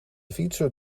fietser